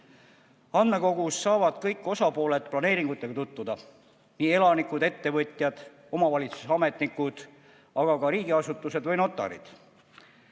Andmekogus saavad kõik osapooled planeeringutega tutvuda – nii elanikud, ettevõtjad, omavalitsuse ametnikud kui ka riigiasutused ja notarid.